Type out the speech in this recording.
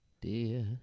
dear